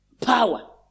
Power